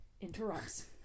interrupts